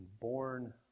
born